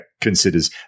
considers